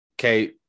Okay